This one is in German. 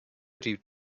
die